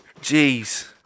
Jeez